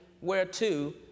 whereto